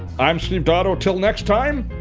i'm steve dotto. till next time,